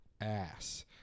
ass